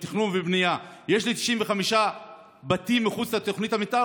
בתכנון ובנייה: יש לי 95 בתים מחוץ לתוכנית המתאר,